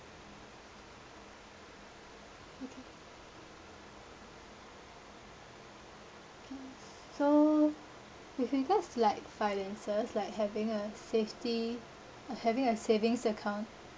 okay okay so if you guys like finances like having a safety uh having a savings account